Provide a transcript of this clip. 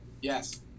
yes